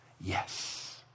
yes